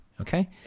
Okay